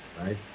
right